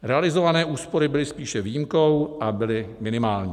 Realizované úspory byly spíše výjimkou a byly minimální.